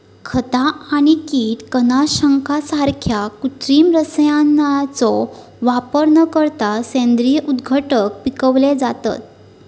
खता आणि कीटकनाशकांसारख्या कृत्रिम रसायनांचो वापर न करता सेंद्रिय अन्नघटक पिकवले जातत